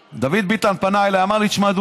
דוד ביטן פנה אליי ואמר לי: תשמע,